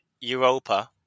Europa